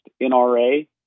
NRA